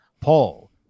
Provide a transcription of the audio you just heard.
Paul